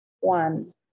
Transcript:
one